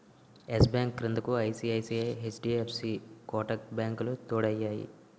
yes Bank క్రిందకు ICICI, HDFC Kotak బ్యాంకులు తోడయ్యాయి